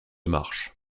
marche